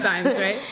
simes, right?